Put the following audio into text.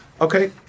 Okay